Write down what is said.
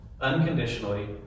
unconditionally